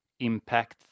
impact